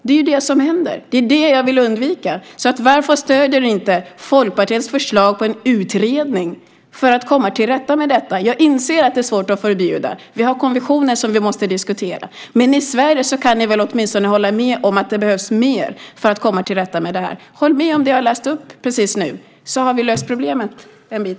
Det är det som händer. Det är det jag vill undvika. Varför stöder ni inte Folkpartiets förslag på en utredning för att komma till rätta med detta? Jag inser att det är svårt att förbjuda. Vi har konventioner att diskutera. Men ni kan väl åtminstone hålla med om att det i Sverige behövs mer för att komma till rätta med det här. Håll med om det jag läste upp precis nu så har vi löst problemet.